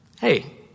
Hey